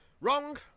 Wrong